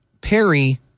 Perry